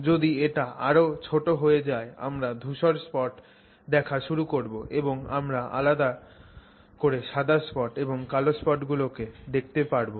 যদি এটা আরও ছোট হয়ে যায় আমরা ধুসর স্পট দেখা শুরু করবো এবং আমাদের চোখ সাদা স্পট এবং কালো স্পট গুলোকে আলাদা করতে পারবে না